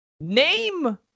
Name